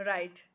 Right